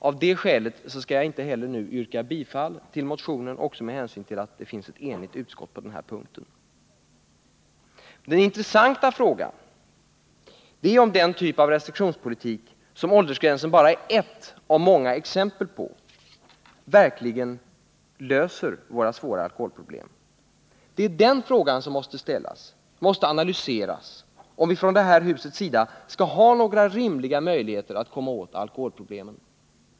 Av det skälet kan jaginte heller nu yrka bifall till motionen med hänsyn till att det finns ett enigt utskott på den här punkten. Den intressanta frågan är om den typ av restriktionspolitik som åldersgränsen bara är ett av många exempel på verkligen löser våra svåra alkoholproblem. Det är den frågan som måste , ställas, måste analyseras, om vi från det här huset skall ha någon rimlig möjlighet att komma åt alkoholproblemen.